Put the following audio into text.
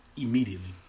immediately